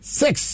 six